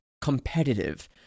competitive